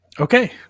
Okay